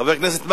חבר הכנסת מקלב.